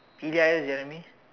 ya and Jeremy